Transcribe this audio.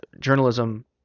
journalism